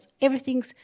everything's